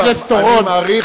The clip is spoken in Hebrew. חבר הכנסת אורון,